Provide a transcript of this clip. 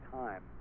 time